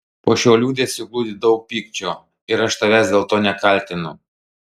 po šiuo liūdesiu glūdi daug pykčio ir aš tavęs dėl to nekaltinu